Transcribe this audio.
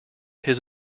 his